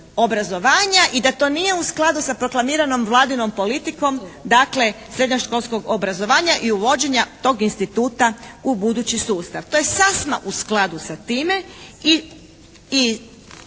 i da to nije u skladu sa proklamiranom Vladinom politikom srednjoškolskog obrazovanja i uvođenja tog instituta u budući sustav. To je sasma u skladu sa time i